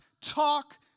talk